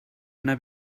una